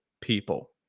people